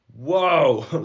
whoa